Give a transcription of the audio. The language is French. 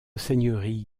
seigneurie